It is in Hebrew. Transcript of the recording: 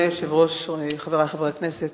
אדוני היושב-ראש, חברי חברי הכנסת,